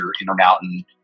Intermountain